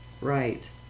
Right